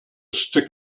stick